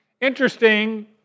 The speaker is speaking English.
Interesting